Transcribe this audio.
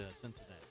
Cincinnati